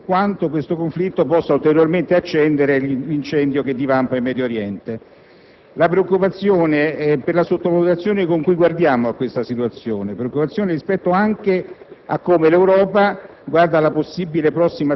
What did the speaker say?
Questo ci dice quanto sia fragile la situazione in quell'area e quanto questo conflitto possa ulteriormente alimentare l'incendio che divampa in Medio Oriente. La preoccupazione riguarda la sottovalutazione con cui guardiamo a questa situazione e anche il modo con